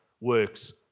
works